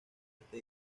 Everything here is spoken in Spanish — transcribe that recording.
este